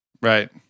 Right